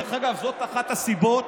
דרך אגב, זאת אחת הסיבות